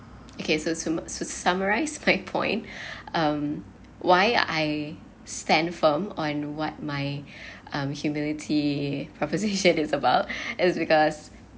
okay so summa~ so summarised my point um why I stand firm on what my um humility preposition is about is because